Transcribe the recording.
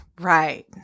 Right